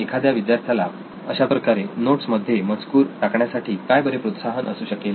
एखाद्या विशिष्ट विद्यार्थ्याला अशाप्रकारे नोट्स मध्ये मजकूर टाकण्यासाठी काय बरे प्रोत्साहन असू शकेल